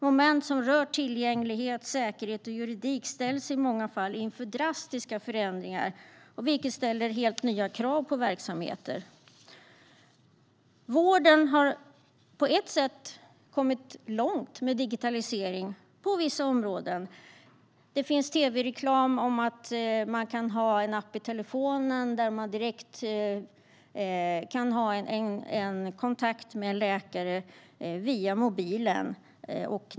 Moment som rör tillgänglighet, säkerhet och juridik ställs i många fall inför drastiska förändringar, vilket ställer helt nya krav på verksamheter. Vården har på vissa områden kommit långt med digitaliseringen. Det finns tv-reklam om att man genom en app i mobilen kan få direkt kontakt med en läkare.